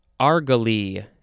argali